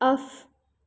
off